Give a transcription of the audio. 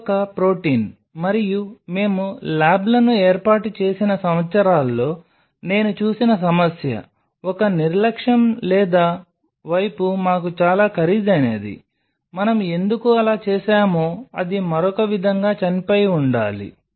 ఇది ఒక ప్రొటీన్ మరియు మేము ల్యాబ్లను ఏర్పాటు చేసిన సంవత్సరాల్లో నేను చూసిన సమస్య ఒక నిర్లక్ష్యం లేదా వైపు మాకు చాలా ఖరీదైనది మనం ఎందుకు అలా చేసామో అది మరొక విధంగా చనిపోయి ఉండాలి